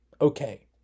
okay